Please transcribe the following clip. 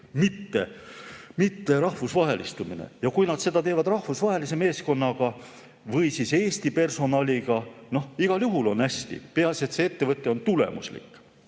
mitte rahvusvahelistumine. Ja kui nad teevad seda rahvusvahelise meeskonnaga või Eesti personaliga, on igal juhul hästi, peaasi, et see ettevõte on tulemuslik.